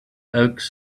oaks